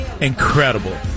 incredible